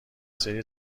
سری